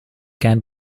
can